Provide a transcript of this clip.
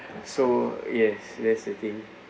so yes that's the thing